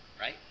right